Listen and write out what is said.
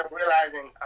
realizing